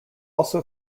also